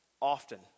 often